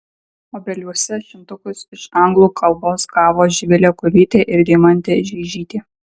obeliuose šimtukus iš anglų kalbos gavo živilė kulytė ir deimantė žeižytė